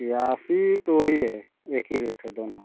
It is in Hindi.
राफ़ी तो वही है एक ही रेट है दोनों